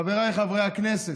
חבריי חברי הכנסת,